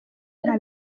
nta